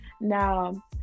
Now